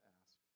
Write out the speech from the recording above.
ask